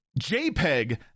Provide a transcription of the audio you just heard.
JPEG